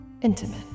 intimate